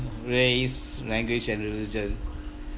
race language and religion